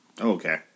Okay